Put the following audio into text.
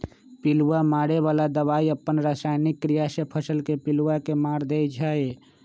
पिलुआ मारे बला दवाई अप्पन रसायनिक क्रिया से फसल के पिलुआ के मार देइ छइ